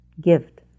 gift